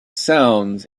sounds